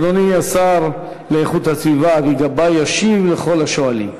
אדוני השר להגנת הסביבה אבי גבאי ישיב לכל השואלים.